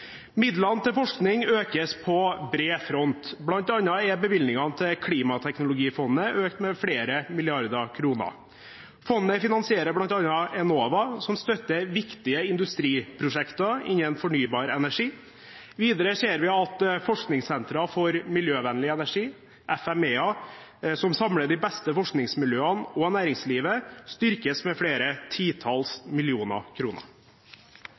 Midlene til forskning økes på bred front, bl.a. er bevilgningene til Klimateknologifondet økt med flere milliarder kroner. Fondet finansierer bl.a. Enova, som støtter viktige industriprosjekter innen fornybar energi. Videre ser vi at forskningssentre for miljøvennlig energi, FME, som samler de beste forskningsmiljøene og næringslivet, styrkes med flere titalls millioner kroner.